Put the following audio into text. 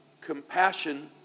Compassion